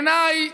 בעיניי,